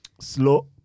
slow